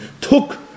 took